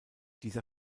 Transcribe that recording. dieser